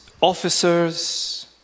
officers